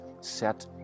set